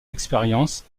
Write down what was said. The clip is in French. expériences